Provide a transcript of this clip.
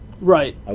Right